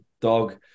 dog